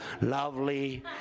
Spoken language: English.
lovely